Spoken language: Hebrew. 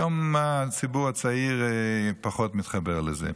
היום הציבור הצעיר פחות מתחבר לזה.